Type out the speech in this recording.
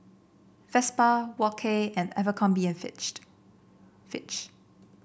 Vespa Wok Hey and Abercrombie and Fitch